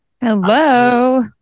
Hello